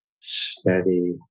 steady